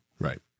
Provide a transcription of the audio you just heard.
Right